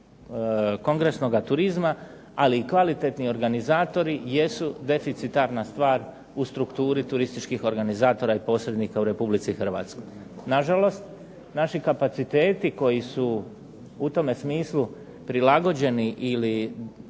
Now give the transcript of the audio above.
kongresnoga turizma, ali i kvalitetni organizatori jesu deficitarna stvar u strukturi turističkih organizatora i posrednika u Republici Hrvatskoj. Na žalost naši kapaciteti koji su u tome smislu prilagođeni ili